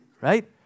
right